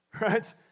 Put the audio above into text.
right